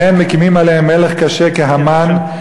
לכן מקימים עליהם מלך קשה כהמן,